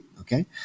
okay